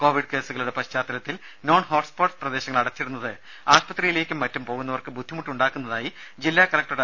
Covid കേസുകളുടെ പശ്ചാത്തലത്തിൽ hotspot പ്രദേശങ്ങൾ അടച്ചിടുന്നത് നോൺ ആശുപത്രിയിലേക്കും മറ്റും പോകുന്നവർക്ക് ബുദ്ധിമുട്ട് ഉണ്ടാക്കുന്നതായി ജില്ലാ കലക്ടർ ടി